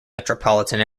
metropolitan